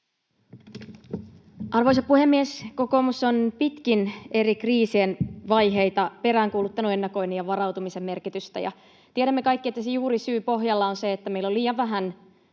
Arvoisa puhemies! Kokoomus on pitkin eri kriisien vaiheita peräänkuuluttanut ennakoinnin ja varautumisen merkitystä. Tiedämme kaikki, että se juurisyy pohjalla on se, että meillä on liian vähän